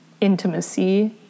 intimacy